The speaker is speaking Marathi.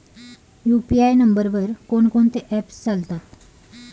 यु.पी.आय नंबरवर कोण कोणते ऍप्स चालतात?